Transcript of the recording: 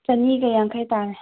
ꯆꯥꯅꯤꯒ ꯌꯥꯡꯈꯩ ꯇꯥꯔꯦ